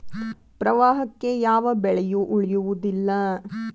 ಪ್ರವಾಹಕ್ಕೆ ಯಾವ ಬೆಳೆಯು ಉಳಿಯುವುದಿಲ್ಲಾ